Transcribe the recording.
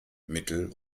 mittel